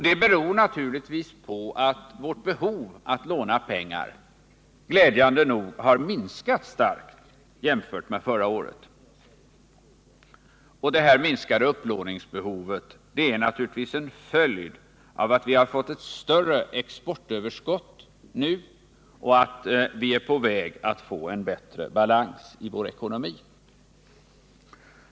Det beror naturligtvis på att vårt behov av att låna pengar glädjande nog har minskat starkt jämfört med förra året. Och det här minskade upplåningsbehovet är naturligtvis en följd av att vi har fått ett större exportöverskott nu och att vi är på väg att få en bättre balans i vår ekonomi.